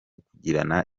kugirana